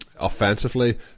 offensively